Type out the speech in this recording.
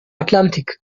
atlantik